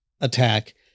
attack